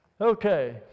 Okay